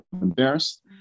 embarrassed